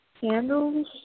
candles